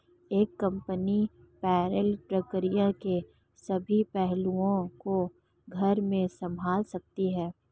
एक company payroll प्रक्रिया के सभी पहलुओं को घर में संभाल सकती है